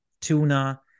tuna